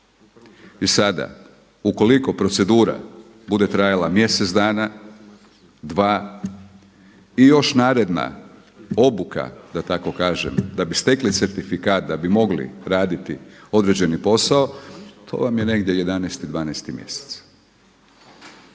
I sada ukoliko procedura bude trajala mjesec dana, dva i još naredna obuka da tako kažem da bi stekli certifikat, da bi mogli raditi određeni posao to vam je negdje 11.-ti, 12.-ti mjesec.